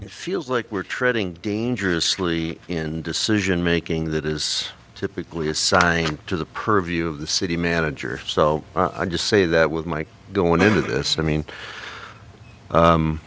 it feels like we're treading dangerously in decision making that is typically assigned to the purview of the city manager so i just say that with mike going into this i mean